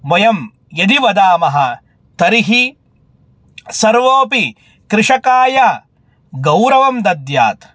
वयं यदि वदामः तर्हि सर्वोऽपि कृषकाय गौरवं दद्यात्